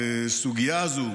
הסוגיה הזו